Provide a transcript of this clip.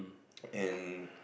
and